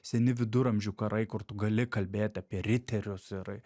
seni viduramžių karai kur tu gali kalbėti apie riterius ir